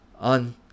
on